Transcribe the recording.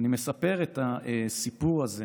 אני מספר את הסיפור הזה